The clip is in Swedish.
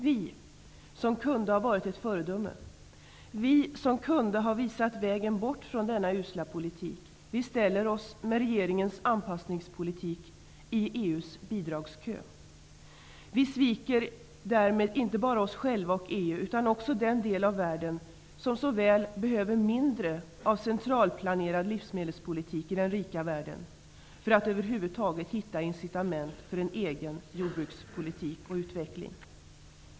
Vi som kunde ha varit ett föredöme och som kunde ha visat vägen bort från denna usla politik ställer oss till följd av regeringens anpassningspolitik i EU:s bidragskö. Vi sviker därmed inte bara oss själva och EU utan också den del av världen som så väl behöver mindre av centralplanerad livsmedelspolitik i den rika världen för att över huvud taget hitta incitament för en egen jordbrukspolitik och utveckling.